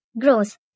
gross